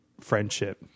friendship